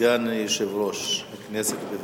סגן יושב-ראש הכנסת, בבקשה.